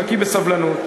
חכי בסבלנות.